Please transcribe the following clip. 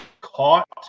caught